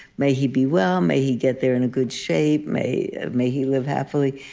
may he be well, may he get there in good shape, may may he live happily,